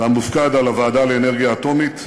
והמופקד על הוועדה לאנרגיה אטומית,